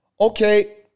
Okay